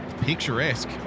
Picturesque